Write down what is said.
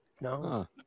No